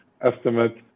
estimate